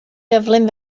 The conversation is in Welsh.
gyflym